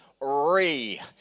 Re